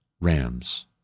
rams